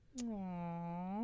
aww